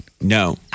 No